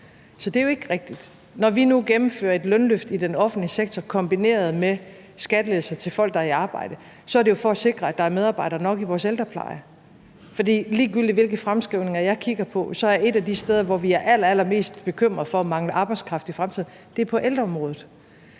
Så det er jo ikke rigtigt. Når vi nu gennemfører et lønløft i den offentlige sektor kombineret med skattelettelser til folk, der er i arbejde, er det jo for at sikre, at der er medarbejdere nok i vores ældrepleje. For ligegyldigt hvilke fremskrivninger jeg kigger på, er et af de steder, hvor vi er allerallermest bekymret for at mangle arbejdskraft i fremtiden, ældreområdet.